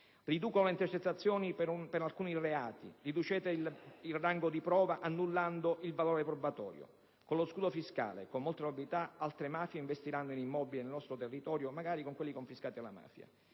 Riducendo le intercettazioni per alcuni reati ne riducete il rango di prova annullandone il valore probatorio. Con lo scudo fiscale, con molta probabilità, altre mafie investiranno in immobili nel nostro territorio, magari in quelli confiscati alla mafia.